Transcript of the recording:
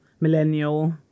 millennial